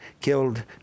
killed